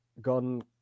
gone